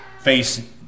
face